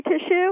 tissue